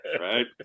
Right